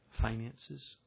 finances